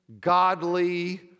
godly